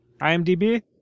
IMDB